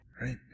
right